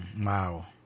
Wow